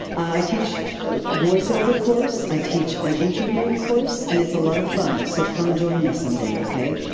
i teach a voiceover course, i teach an interviewing course, and it's a lot of fun. so come join me someday, okay?